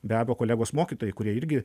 be abejo kolegos mokytojai kurie irgi